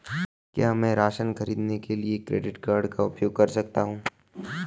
क्या मैं राशन खरीदने के लिए क्रेडिट कार्ड का उपयोग कर सकता हूँ?